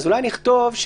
אולי נכתוב,